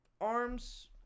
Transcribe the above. Arms